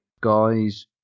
Guys